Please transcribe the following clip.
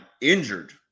injured